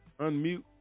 unmute